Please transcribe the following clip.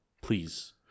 Please